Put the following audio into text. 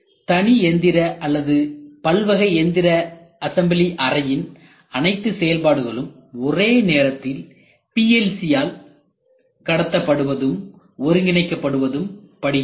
தனி எந்திர அல்லது பலவகை எந்திர அசம்பிளி அறையின் அனைத்து செயல்பாடுகளும் ஒரே நேரத்தில் PLC ஆல் கடத்தப்படுவதும் ஒருங்கிணைக்கவும் படுகிறது